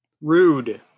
Rude